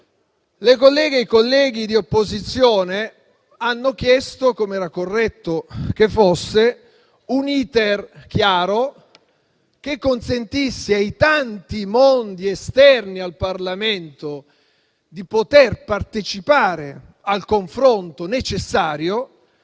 Le colleghe e i colleghi di opposizione hanno chiesto, come era corretto che fosse, un *iter* chiaro che consentisse ai tanti mondi esterni al Parlamento di partecipare al confronto necessario.